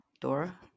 Dora